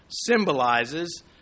symbolizes